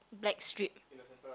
black strip